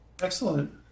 Excellent